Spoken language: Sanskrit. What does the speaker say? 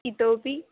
इतोपि